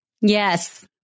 Yes